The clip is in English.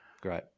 Great